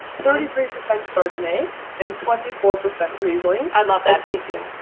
thirty three percent chardonnay and twenty four percent riesling. i'd love that, vcr.